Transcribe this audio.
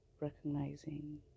recognizing